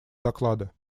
доклада